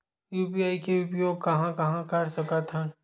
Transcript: UPI के उपयोग कहां कहा कर सकत हन?